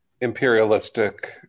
imperialistic